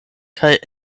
kaj